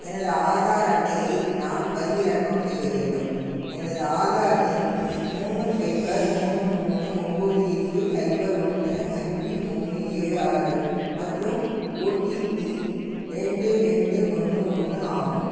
எனது ஆதார் அட்டையை நான் பதிவிறக்கம் செய்ய வேண்டும் எனது ஆதார் எண் மூணு ஸைபர் மூணு மூணு ஒன்போது எட்டு ஸைபர் ஒன்று அஞ்சு மூணு ஏழு ஆறு மற்றும் ஓடிபி ரெண்டு ரெண்டு ஒன்று ஒன்று ஆகும்